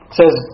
says